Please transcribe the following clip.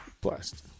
Blessed